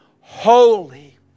holy